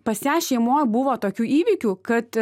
pas ją šeimoj buvo tokių įvykių kad